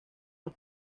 los